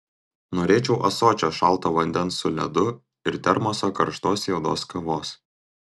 norėčiau ąsočio šalto vandens su ledu ir termoso karštos juodos kavos